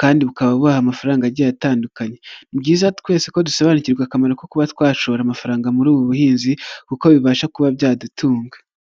kandi bukaba bubaha amafaranga agiye atandukanye, ni byiza twese ko dusobanukirwa akamaro ko kuba twashora amafaranga muri ubu buhinzi kuko bibasha kuba byadutunga.